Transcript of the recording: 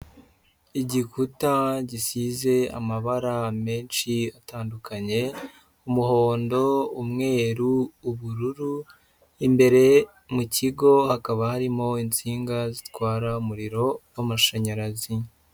Igikuta gisize amabara menshi atandukanye umuhondo, umweru, ubururu, imbere mu kigo hakaba harimo insinga zitwara umuriro w'amashanyarazi.